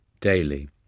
daily